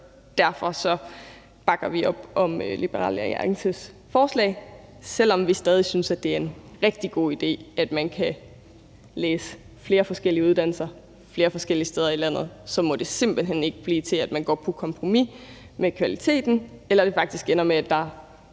derfor bakker vi op om Liberal Alliancens forslag. Men selv om vi stadig synes, at det er en rigtig god idé, at man kan læse flere forskellige uddannelser flere forskellige steder i landet, så må det simpelt hen ikke blive sådan, at man går på kompromis med kvaliteten, eller at det faktisk ender med, at der er